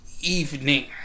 evening